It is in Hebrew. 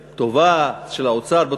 אבל תעשו, לא בדיבורים.